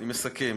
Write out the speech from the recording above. אני מסכם.